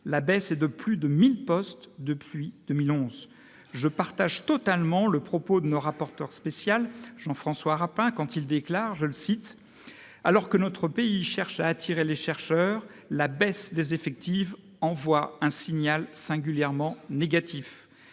La baisse est de plus de 1 000 postes depuis 2011. Je partage totalement ce que fait observer Jean-François Rapin dans son rapport spécial :« Alors que notre pays cherche à attirer des chercheurs, la baisse des effectifs envoie un signal singulièrement négatif. »